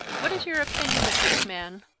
what is your opinion of this man?